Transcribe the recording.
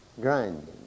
grinding